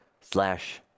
slash